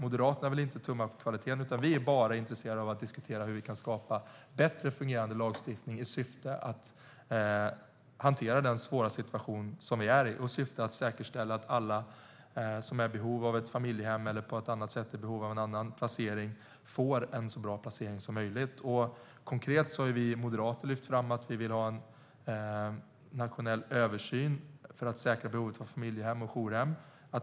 Moderaterna vill inte tumma på kvaliteten, utan vi är bara intresserade av att diskutera hur vi kan skapa bättre fungerande lagstiftning i syfte att hantera den svåra situation vi är i och säkerställa att alla som är i behov av ett familjehem eller på annat sätt är i behov av placering får en så bra placering som möjligt. Konkret har vi moderater lyft fram att vi vill ha en nationell översyn för att säkra behovet av familjehem och jourhem.